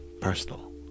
personal